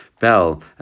Bell